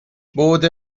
بُعد